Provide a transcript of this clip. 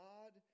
God